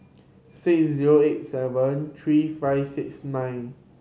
six zero eight seven three five six nine